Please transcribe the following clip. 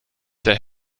der